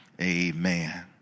Amen